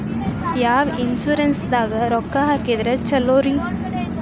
ಯಾವ ಇನ್ಶೂರೆನ್ಸ್ ದಾಗ ರೊಕ್ಕ ಹಾಕಿದ್ರ ಛಲೋರಿ?